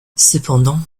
cependant